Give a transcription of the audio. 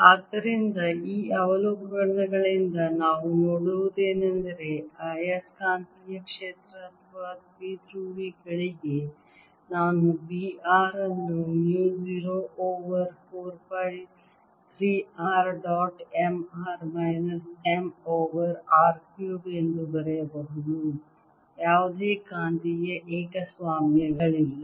ಆದ್ದರಿಂದ ಈ ಅವಲೋಕನಗಳಿಂದ ನಾವು ನೋಡುವುದೇನೆಂದರೆ ಆಯಸ್ಕಾಂತೀಯ ಕ್ಷೇತ್ರ ಅಥವಾ ದ್ವಿಧ್ರುವಿಗಳಿಗೆ ನಾನು B r ಅನ್ನು mu 0 over 4 pi 3 r dot m r minus m over r cube ಎಂದು ಬರೆಯಬಹುದು ಯಾವುದೇ ಕಾಂತೀಯ ಏಕಸ್ವಾಮ್ಯಗಳಿಲ್ಲ